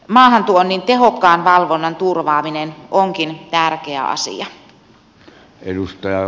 maahantuonnin tehokkaan valvonnan turvaaminen onkin tärkeä asia